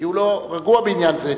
כי הוא לא רגוע בעניין זה,